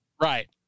Right